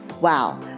Wow